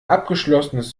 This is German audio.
abgeschlossenes